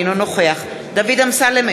אינו נוכח דוד אמסלם,